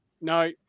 no